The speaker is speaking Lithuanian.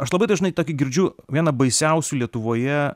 aš labai dažnai tokį girdžiu vieną baisiausių lietuvoje